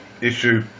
issue